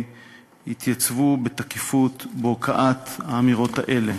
יתייצבו בתקיפות בהוקעת האמירות האלה.